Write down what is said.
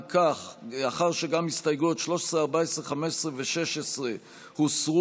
גם הסתייגויות 13, 14, 15 ו-16 הוסרו.